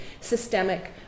systemic